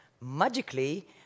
magically